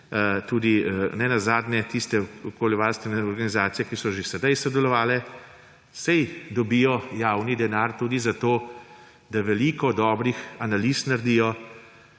ne nazadnje tudi tiste okoljevarstvene organizacije, ki so že sedaj sodelovale. Saj dobijo javni denar tudi zato, da veliko dobrih analiz naredijo,